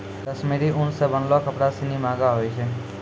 कश्मीरी उन सें बनलो कपड़ा सिनी महंगो होय छै